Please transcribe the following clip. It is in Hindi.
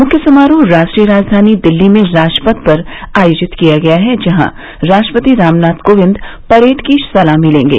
मुख्य समारोह राष्ट्रीय राजधानी दिल्ली में राजपथ पर आयोजित किया गया है जहां राष्ट्रपति रामनाथ कोविंद परेड की सलामी लेंगे